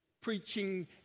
Preaching